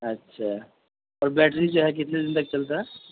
اچھا اور بیٹری جو ہے کتنے دن تک چلتا ہے